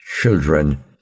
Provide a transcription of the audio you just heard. children